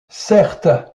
certes